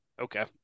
Okay